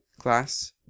Class